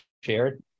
shared